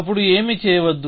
అప్పుడు ఏమీ చేయవద్దు